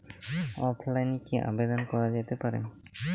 অফলাইনে কি আবেদন করা যেতে পারে?